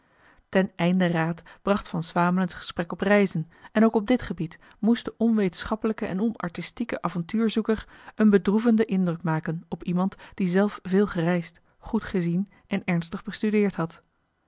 ten einde raad bracht van swamelen het gesprek op reizen en ook op dit gebied moest de onwetenschappelijke en onartistieke avontuurzoeker een bedroevende indruk maken op iemand die zelf veel gereisd goed gezien en ernstig bestudeerd had